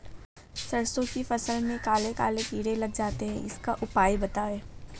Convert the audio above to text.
सरसो की फसल में काले काले कीड़े लग जाते इसका उपाय बताएं?